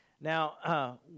Now